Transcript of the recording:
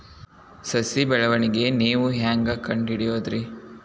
ಸಸಿ ಬೆಳವಣಿಗೆ ನೇವು ಹ್ಯಾಂಗ ಕಂಡುಹಿಡಿಯೋದರಿ?